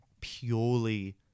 purely